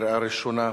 בקריאה ראשונה.